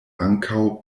ankaŭ